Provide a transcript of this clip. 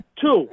two